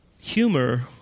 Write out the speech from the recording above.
Humor